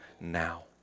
now